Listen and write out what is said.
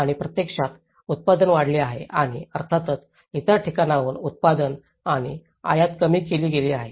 आणि प्रत्यक्षात उत्पादन वाढले आहे आणि अर्थातच इतर ठिकाणांहून उत्पादन आणि आयात कमी केली गेली आहे